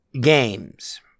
games